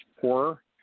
poorer